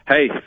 Hey